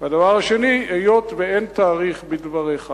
והדבר השני, היות שאין תאריך בדבריך,